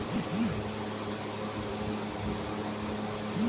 বেলার বা খড় সংঘবদ্ধীকরন যন্ত্রের ব্যবহার মূলতঃ আমেরিকায় বেশি হয়ে থাকে